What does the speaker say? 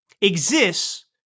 exists